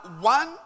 one